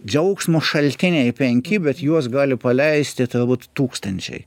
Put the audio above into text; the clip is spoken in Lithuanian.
džiaugsmo šaltiniai penki bet juos gali paleisti turbūt tūkstančiai